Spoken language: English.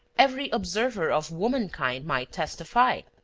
every observer of womankind might testify.